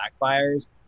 backfires